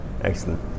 excellent